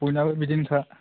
बयनाबो बिदिनोखा